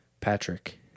Patrick